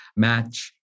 match